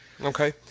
Okay